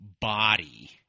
body